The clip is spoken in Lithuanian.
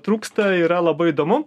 trūksta yra labai įdomu